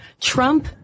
Trump